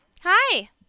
Hi